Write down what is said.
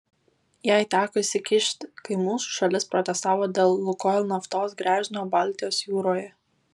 jai teko įsikišti kai mūsų šalis protestavo dėl lukoil naftos gręžinio baltijos jūroje